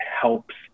helps